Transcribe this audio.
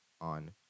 on